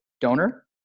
donor